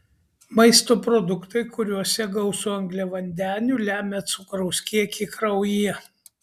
maisto produktai kuriuose gausu angliavandenių lemia cukraus kiekį kraujyje